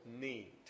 need